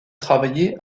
travailler